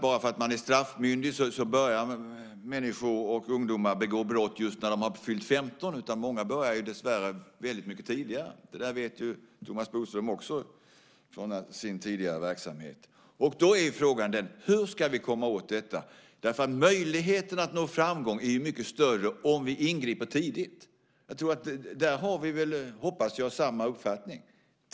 Bara för att man är straffmyndig så börjar inte människor och ungdomar att begå brott just när de har fyllt 15 år. Många börjar dessvärre mycket tidigare. Det där vet Thomas Bodström också från sin tidigare verksamhet. Då är frågan: Hur ska vi komma åt detta? Möjligheten att nå framgång är ju mycket större om vi ingriper tidigt. Jag tror och hoppas att vi har samma uppfattning där.